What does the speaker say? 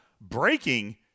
breaking